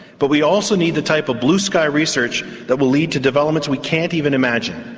but we also need the type of blue sky research that will lead to developments we can't even imagine.